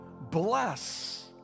bless